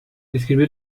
describió